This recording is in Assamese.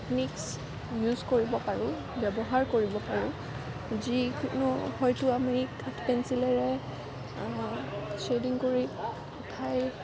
টেকনিকচ ইউজ কৰিব পাৰোঁ ব্যৱহাৰ কৰিব পাৰোঁ যিকোনো হয়তো আমি কাঠপেঞ্চিলেৰে চেডিং কৰি উঠাই